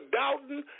doubting